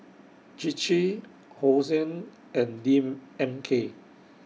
Chir Chir Hosen and D M K